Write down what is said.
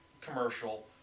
commercial